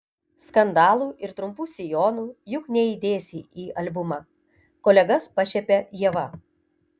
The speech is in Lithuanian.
skandalų ir trumpų sijonų juk neįdėsi į albumą kolegas pašiepia ieva